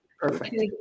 Perfect